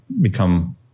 become